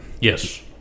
Yes